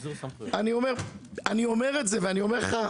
אני אומר לך,